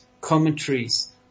commentaries